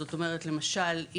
זאת אומרת למשל,